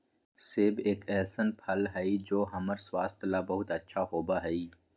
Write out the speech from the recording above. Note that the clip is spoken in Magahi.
सेब एक ऐसन फल हई जो हम्मर स्वास्थ्य ला बहुत अच्छा होबा हई